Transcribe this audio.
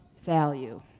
value